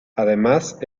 además